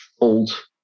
old